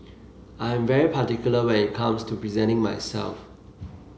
I am very particular when it comes to presenting myself